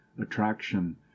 ATTRACTION